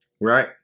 right